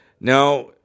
Now